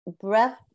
breath